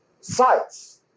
sites